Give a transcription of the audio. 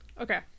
Okay